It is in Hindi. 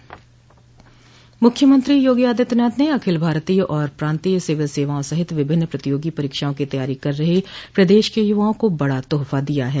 मुख्यमंत्री योगी आदित्यनाथ ने अखिल भारतोय और प्रान्तीय सिविल सेवाओं सहित विभिन्न प्रतियोगी परीक्षाओं की तैयारी कर रहे प्रदेश के युवाओं को बड़ा तोहफा दिया है